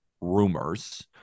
rumors